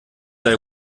sei